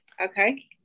okay